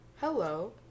hello